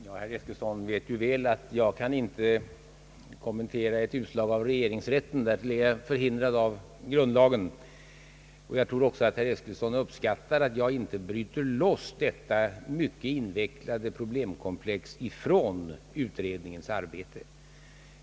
Herr talman! Herr Eskilsson vet ju väl att jag inte kan kommentera ett utslag av regeringsrätten. Därtill är jag förhindrad av grundlagen. Jag tror också att herr Eskilsson uppskattar att jag inte bryter loss detta mycket invecklade problemkomplex från utredningens arbete.